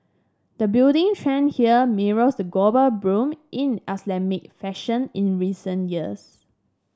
the budding trend here mirrors the global boom in Islamic fashion in recent years